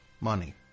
Money